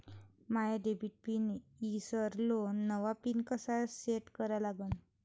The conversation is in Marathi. माया डेबिट पिन ईसरलो, नवा पिन कसा सेट करा लागन?